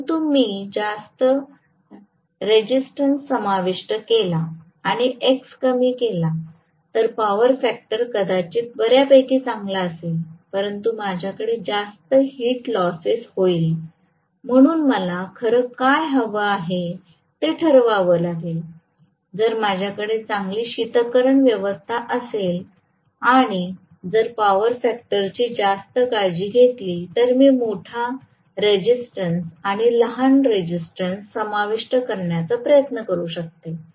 परंतु मी जास्त रेसिस्टन्स समाविष्ट केला आणि एक्स कमी केला तर पॉवर फॅक्टर कदाचित बर्यापैकी चांगला असेल परंतु माझ्याकडे जास्त हिट लॉस्सेस होईल म्हणून मला खर काय हवे आहे ते ठरवावे लागेल जर माझ्याकडे चांगली शीतकरण व्यवस्था असेल आणि जर पॉवर फॅक्टर ची जास्त काळजी घेतली तर मी मोठा रेसिस्टन्स आणि लहान रेसिस्टन्स समाविष्ट करण्याचा प्रयत्न करू शकते